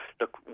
look